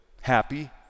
happy